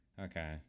Okay